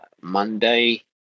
monday